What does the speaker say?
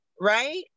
Right